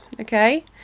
okay